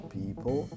people